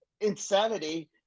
insanity